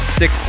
six